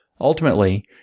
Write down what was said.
Ultimately